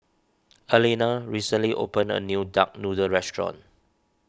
Arlena recently opened a new Duck Noodle restaurant